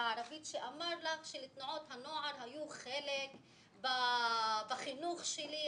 הערבית שיאמר לך שתנועות נוער היו חלק בחינוך שלו,